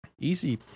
Easy